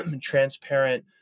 transparent